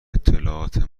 اطلاعات